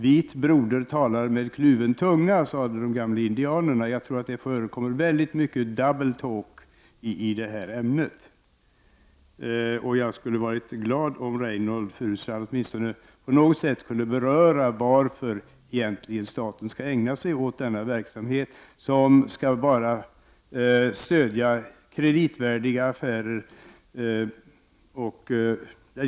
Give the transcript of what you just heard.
Vit broder talar med kluven tunga, sade de gamla indianerna. Jag tror att det förekommer väldigt mycket double-talk i detta ämne. Jag skulle bli mycket glad om Reynoldh Furustrand åtminstone på något sätt kunde visa varför staten egentligen skall ägna sig åt denna verksamhet, som innebär att bara kreditvärdiga affärer stöds.